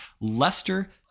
Leicester